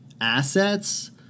assets